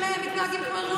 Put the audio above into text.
תבדקי טוב.